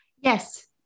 Yes